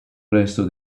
resto